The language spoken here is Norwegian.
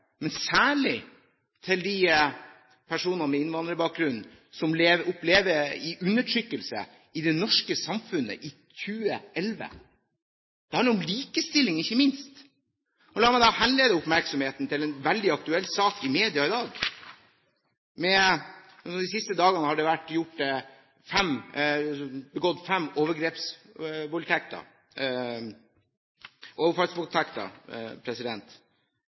men særlig til de personer med innvandrerbakgrunn som lever i undertrykkelse i det norske samfunnet i 2011. Det handler ikke minst om likestilling. La meg henlede oppmerksomheten på en veldig aktuell sak i media i dag. De siste dagene har det vært begått fem overfallsvoldtekter.